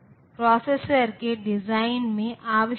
तो ये 4 के बराबर नहीं हो सकता है